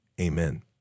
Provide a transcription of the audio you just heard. amen